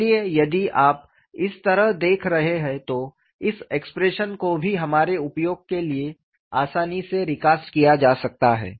इसलिए यदि आप इस तरह देख रहे हैं तो इस एक्सप्रेशन को भी हमारे उपयोग के लिए आसानी से रिकास्ट किया जा सकता है